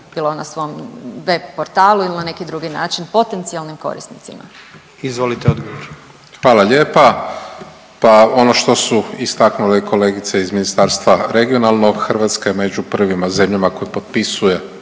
bilo na svom web portalu ili na neki drugi način potencijalnim korisnicima? **Jandroković, Gordan (HDZ)** Izvolite odgovor. **Pavić, Marko (HDZ)** Hvala lijepa. Pa ono što su istaknule kolegice iz Ministarstva regionalnog Hrvatska je među prvima zemljama koje potpisuje